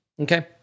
Okay